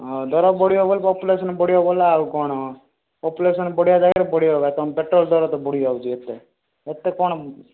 ହଁ ଦର ବଢ଼ିବ ବୋଲେ ପପୁଲେସନ୍ ବଢ଼ିବ ବୋଲେ ଆଉ କ'ଣ ପପୁଲେସନ୍ ବଢ଼ିବା ଜାଗାରେ ବଢ଼ିବ ତୁମ ପେଟ୍ରୋଲ ବଢ଼ି ଯାଉଛି ଏତେ ଏତେ କ'ଣ